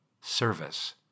service